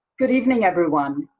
good evening, everyone.